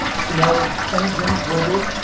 so, now we have twenty gyms globally.